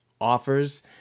offers